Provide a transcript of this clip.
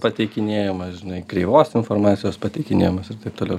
pateikinėjimas žinai kreivos informacijos pateikinėjimas ir taip toliau